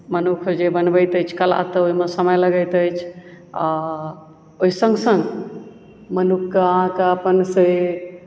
मनुक्ख जे बनबैत अछि कला तऽ ओहिमे समय लगैत अछि आओर ओहि सङ्ग सङ्ग मनुक्खके अहाँके अपन से